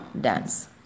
dance